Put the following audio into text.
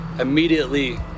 immediately